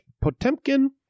Potemkin